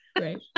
Right